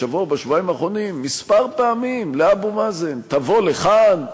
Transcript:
בשבוע או בשבועיים האחרונים כמה פעמים לאבו מאזן: תבוא לכאן,